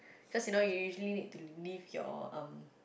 just you know you your usually need to leave your um